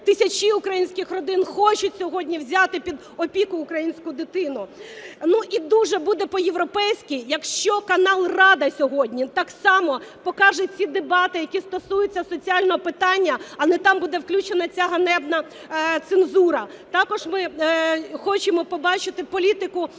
Тисячі українських родин хочуть сьогодні взяти під опіку українську дитину. Ну, і дуже буде по-європейські, якщо канал "Рада" сьогодні так само покаже ці дебати, які стосуються соціального питання, а не там буде включена ця ганебна цензура. Також ми хочемо побачити політику виплат,